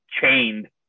chained